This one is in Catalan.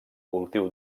cultiu